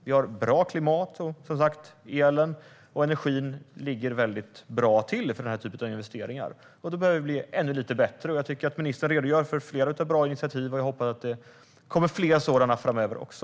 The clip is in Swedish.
Vi har bra klimat, och elen och energin ligger som sagt väldigt bra till för denna typ av investeringar. Vi behöver bli ännu lite bättre, och jag tycker att ministern redogör för flera bra initiativ. Jag hoppas att det kommer fler sådana framöver också.